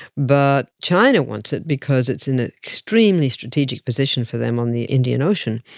but china wants it because it's in an extremely strategic position for them on the indian ocean.